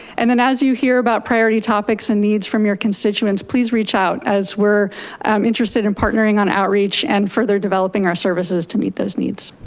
and then as you hear about priority topics and needs from your constituents, please reach out as we're um interested in partnering on outreach and further developing our services to meet those needs.